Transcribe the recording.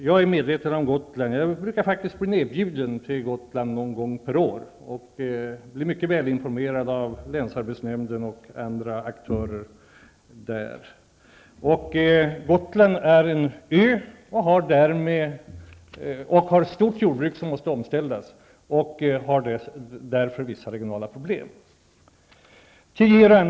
Jag är medveten om detta med Gotland. Jag blir faktiskt bjuden ner till Gotland någon gång per år och blir då väl informerad av länsarbetsnämnden och andra aktörer där. Gotland är en ö och har ett omfattande jordbruk som måste omställas. Därför har man vissa regionala problem.